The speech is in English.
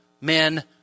men